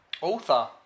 Author